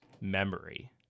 memory